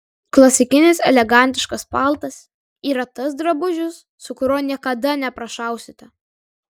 klasikinis elegantiškas paltas yra tas drabužis su kuriuo niekada neprašausite